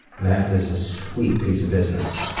that is a sweet piece of business.